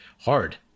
hard